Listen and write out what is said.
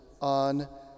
on